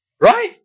Right